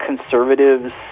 conservatives